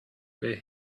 where